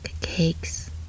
cakes